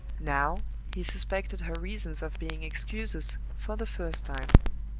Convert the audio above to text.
now he suspected her reasons of being excuses, for the first time.